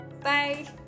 Bye